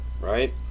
right